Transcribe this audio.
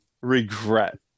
regret